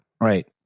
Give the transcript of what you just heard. Right